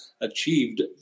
achieved